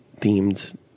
themed